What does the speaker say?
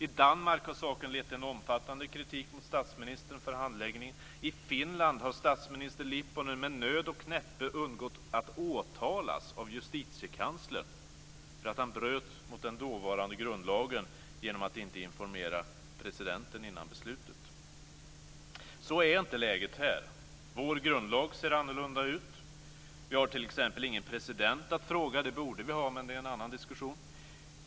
I Danmark har saken lett till en omfattande kritik mot statsministern för handläggningen. I Finland har statsminister Lipponen med nöd och näppe undgått att åtalas av justitiekanslern för att han bröt mot den dåvarande grundlagen genom att inte informera presidenten innan beslutet fattades. Så är inte läget här. Vår grundlag ser annorlunda ut. Vi har t.ex. ingen president att fråga; det borde vi ha, men det är en annan diskussion.